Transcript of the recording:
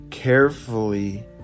carefully